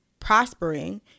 Prospering